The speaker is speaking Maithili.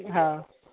हँ